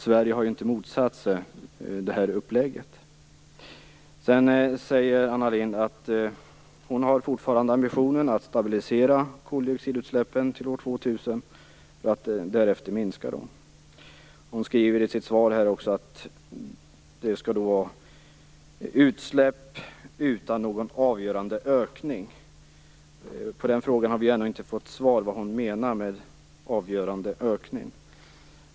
Sverige har ju inte motsatt sig det här upplägget. Sedan säger Anna Lindh att hon fortfarande har ambitionen att stabilisera koldioxidutsläppen till år 2000 för att därefter minska dem. Hon skriver i sitt svar "utan någon avgörande ökning av utsläppen." Vi har ännu inte fått svar på frågan vad hon menar med "avgörande ökning".